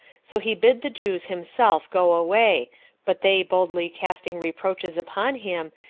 so he bid the jews himself go away but they boldly casting reproaches upon him,